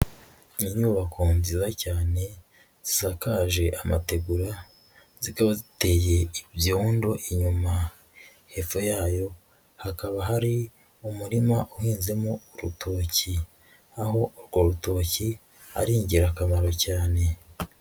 Ni inyubako nziza cyane, zisakaje amategura, zika bateye ibyondo inyuma, hepfo yayo hakaba hari umurima uhinzemo urutoki, aho urwo rutoki ari ingirakamaro cyane.